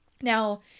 Now